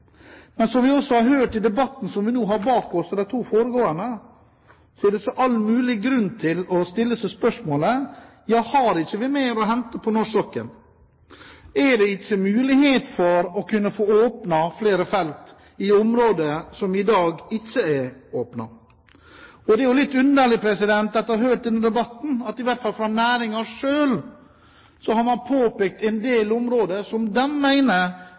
Men som vi også har hørt i debatten som vi nå har bak oss, i de to foregående interpellasjonene, er det all mulig grunn til å stille seg spørsmålet: Har vi ikke mer å hente på norsk sokkel? Er det ikke mulighet for å kunne få åpnet flere felt, i områder som i dag ikke er åpnet? Det er litt underlig – etter å ha hørt denne debatten – at i hvert fall fra næringen selv har man påpekt en del områder som